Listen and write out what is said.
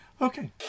Okay